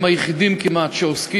הם כמעט היחידים שעוסקים,